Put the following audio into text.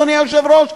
אדוני היושב-ראש?